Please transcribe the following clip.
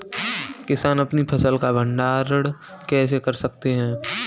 किसान अपनी फसल का भंडारण कैसे कर सकते हैं?